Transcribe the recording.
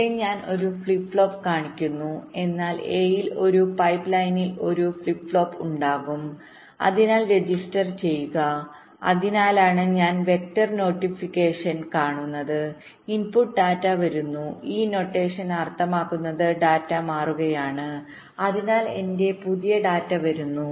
ഇവിടെ ഞാൻ ഒരു ഫ്ലിപ്പ് ഫ്ലോപ്പ് കാണിക്കുന്നു എന്നാൽ എയിൽ ഒരു പൈപ്പ് ലൈനിൽ ഒരു ഫ്ലിപ്പ് ഫ്ലോപ്പ് ഉണ്ടാകും അതിനാൽ രജിസ്റ്റർ ചെയ്യുക അതിനാലാണ് ഞാൻ വെക്റ്റർ നൊട്ടേഷനിൽകാണിക്കുന്നത് ഇൻപുട്ട് ഡാറ്റ വരുന്നു ഈ നൊട്ടേഷൻ അർത്ഥമാക്കുന്നത് ഡാറ്റ മാറുകയാണ് അതിനാൽ എന്റെ പുതിയ ഡാറ്റ വരുന്നു